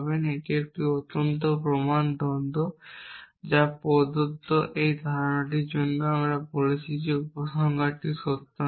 এটি একটি অত্যন্ত প্রমাণ দ্বন্দ্ব যা আমরা প্রদত্ত এই ধারাগুলির জন্য বলছি যে উপসংহারটি সত্য নয়